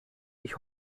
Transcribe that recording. ich